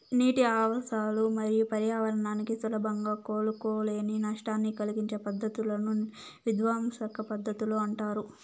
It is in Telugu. నీటి ఆవాసాలు మరియు పర్యావరణానికి సులభంగా కోలుకోలేని నష్టాన్ని కలిగించే పద్ధతులను విధ్వంసక పద్ధతులు అంటారు